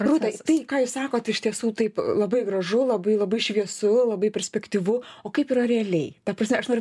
rūta tai ką jūs sakot iš tiesų taip labai gražu labai labai šviesu labai perspektyvu o kaip yra realiai ta prasme aš noriu